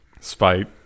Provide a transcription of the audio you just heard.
Spite